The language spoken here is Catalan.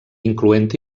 incloent